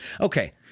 Okay